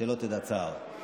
שלא תדע צער.